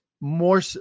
more